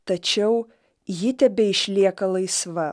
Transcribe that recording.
tačiau ji tebeišlieka laisva